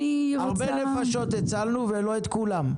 הרבה נפשות הצלנו, אבל לא את כולם.